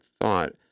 thought